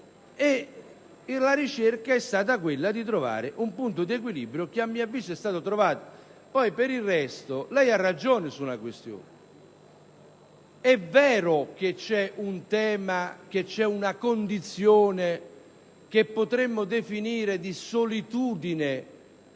la ricerca è stata volta a trovare un punto di equilibrio, che a mio avviso è stato trovato. Poi, per il resto, lei ha ragione, senatore Pardi: è vero che siamo in presenza di una condizione che potremmo definire di solitudine